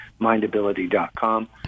MindAbility.com